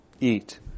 eat